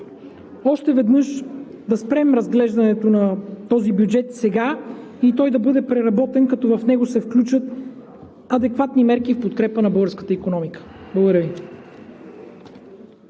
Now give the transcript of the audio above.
апел е да спрем разглеждането на този бюджет сега и той да бъде преработен, като в него се включат адекватни мерки в подкрепа на българската икономика. Благодаря Ви.